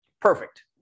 Perfect